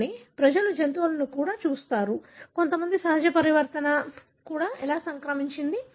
కానీ ప్రజలు జంతువులను కూడా చూశారు కొంతమందికి సహజ పరివర్తన ఎలా సంక్రమించింది